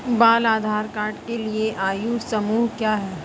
बाल आधार कार्ड के लिए आयु समूह क्या है?